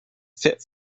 fit